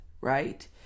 right